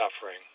suffering